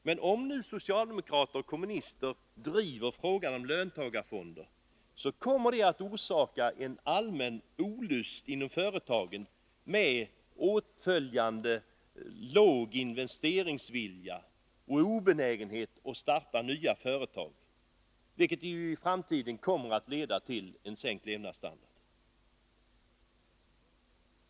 Men om socialdemokrater och kommunister driver frågan om löntagarfonder, kommer det att orsaka en allmän olust inom företagen med åtföljande låg investeringsvilja och obenägenhet att starta nya företag, vilket i framtiden kommer att leda till sänkt levnadsstandard.